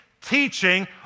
teaching